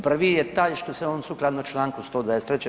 Prvi je taj što se on sukladno čl. 123.